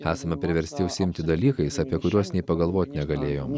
esame priversti užsiimti dalykais apie kuriuos nei pagalvot negalėjom